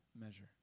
measure